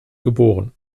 geb